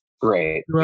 Great